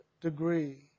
degree